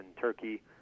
Turkey